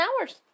hours